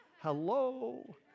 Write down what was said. Hello